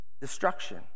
destruction